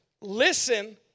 listen